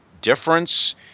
difference